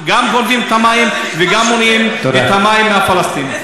גם גונבים את המים וגם מונעים את המים מהפלסטינים.